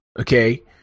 okay